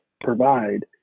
provide